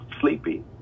sleepy